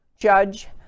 Judge